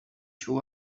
two